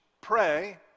pray